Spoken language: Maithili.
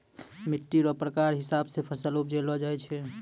मिट्टी रो प्रकार हिसाब से फसल उपजैलो जाय छै